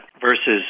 versus